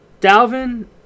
Dalvin